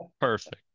Perfect